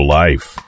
life